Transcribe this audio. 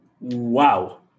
wow